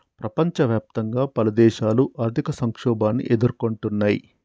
ప్రపంచవ్యాప్తంగా పలుదేశాలు ఆర్థిక సంక్షోభాన్ని ఎదుర్కొంటున్నయ్